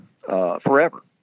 forever